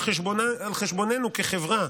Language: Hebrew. על חשבוננו כחברה,